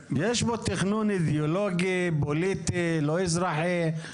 יש פה תכנון אידיאולוגי, פוליטי, לא אזרחי.